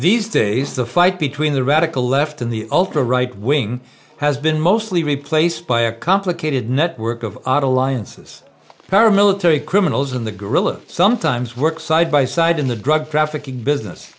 these days the fight between the radical left and the ultra right wing has been mostly replaced by a complicated network of odd alliances paramilitary criminals and the guerrillas sometimes work side by side in the drug trafficking business